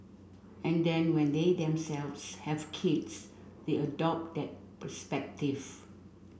and then when they themselves have kids they adopt that perspective